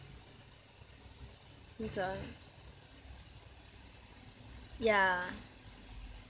ya